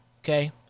Okay